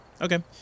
Okay